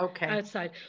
outside